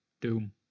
doom